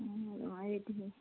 ହଁ ଏତିକି